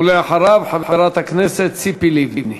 ואחריו, חברת הכנסת ציפי לבני.